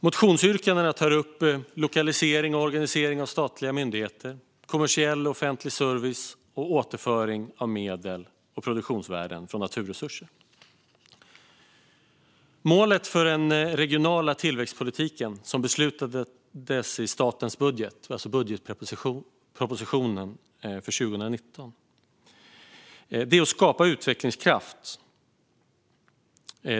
Motionsyrkandena tar upp lokalisering och organisering av statliga myndigheter, kommersiell offentlig service och återföring av medel och produktionsvärden från naturresurser. Målet för den regionala tillväxtpolitiken som beslutades i statens budget, alltså budgetpropositionen för 2019, är att skapa utvecklingskraft.